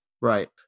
right